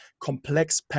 complex